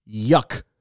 yuck